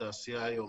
התעשייה היום